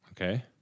Okay